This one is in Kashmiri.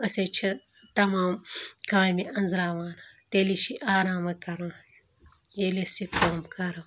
أسۍ حظ چھِ تَمام کامہِ أنٛزراوان تیٚلی چھِ آرام کَران ییٚلہِ أسۍ یہِ کٲم کَرو